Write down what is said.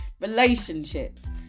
relationships